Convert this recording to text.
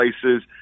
places